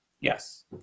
Yes